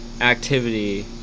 activity